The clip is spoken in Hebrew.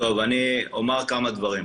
אני אומר כמה דברים.